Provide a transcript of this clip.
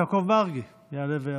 חבר הכנסת יעקב מרגי יעלה ויבוא,